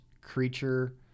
creature